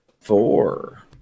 Four